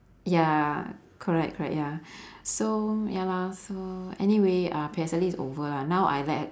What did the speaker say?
ya correct correct ya so ya lah so anyway uh P_S_L_E is over lah now I let